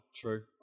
true